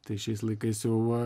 tai šiais laikais jau